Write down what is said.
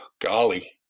Golly